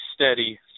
steady